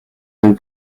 même